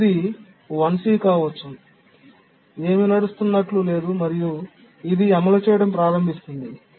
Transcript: ఇది 1c కావచ్చు ఏమీ నడుస్తున్నట్లు లేదు మరియు అది అమలు చేయడం ప్రారంభించింది